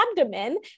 abdomen